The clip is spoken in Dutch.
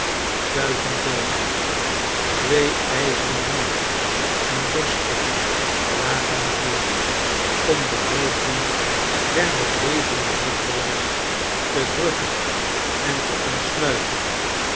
duizend dooden twee ijzeren helmen en borststukken agen er voor om de hoofden der nog levende martelaars te drukken en te omsluiten